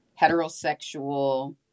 heterosexual